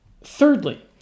Thirdly